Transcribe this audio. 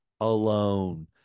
alone